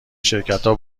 شرکتا